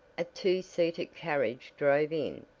a two seated carriage drove in,